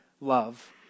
love